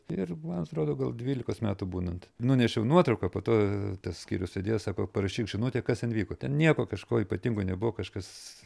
ir man atrodo gal dvylikos metų būnant nunešiau nuotrauką po to tas skyrius sėdėjo sako parašyk žinutę kas ten vyko ten nieko kažko ypatingo nebuvo kažkas